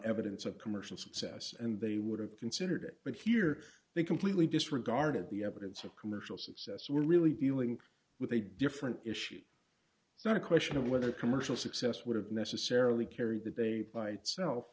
evidence of commercial success and they would have considered it but here they completely disregarded the evidence of commercial success so we're really dealing with a different issue it's not a question of whether commercial success would have necessarily carry the day bite self